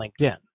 LinkedIn